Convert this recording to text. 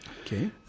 Okay